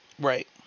Right